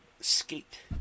skate